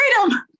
Freedom